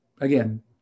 again